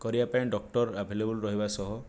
କରିବା ପାଇଁ doctor available ରହିବା ସହ